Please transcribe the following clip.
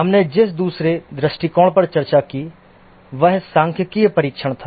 हमने जिस दूसरे दृष्टिकोण पर चर्चा की वह सांख्यिकीय परीक्षण था